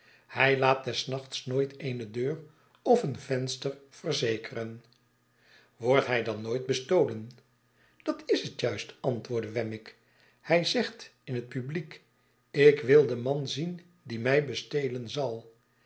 hij laat des nachts nooit eene deur of een venster verzekeren wordt hij dan nooit bestolen dat is het juist antwoordde wemmick hij zegt in het publiek ik wil den man zien die mij bestelen zal